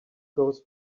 goes